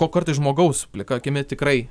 o kartais žmogaus plika akimi tikrai